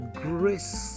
grace